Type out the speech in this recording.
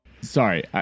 Sorry